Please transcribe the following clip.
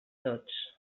tots